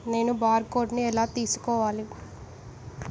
నేను బార్కోడ్ని ఎలా తీసుకోవాలి